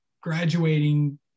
graduating